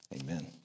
Amen